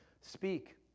Speak